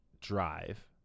drive